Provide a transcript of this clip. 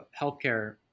healthcare